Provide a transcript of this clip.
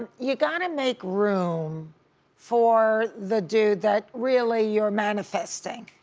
you gotta make room for the dude that really you're manifesting.